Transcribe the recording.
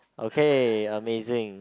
okay amazing